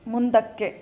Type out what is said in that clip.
ಮುಂದಕ್ಕೆ